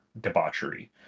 debauchery